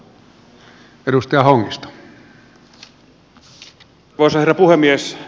arvoisa herra puhemies